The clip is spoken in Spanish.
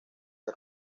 del